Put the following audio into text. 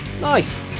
Nice